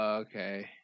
Okay